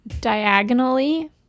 Diagonally